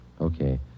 Okay